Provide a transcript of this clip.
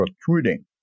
protruding